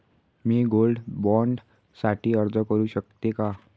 मी gold bond साठी अर्ज करु शकते का?